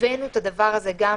והבאנו את הדבר הזה גם